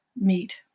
meet